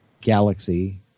Galaxy